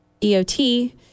EOT